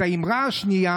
האמרה השנייה,